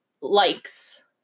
likes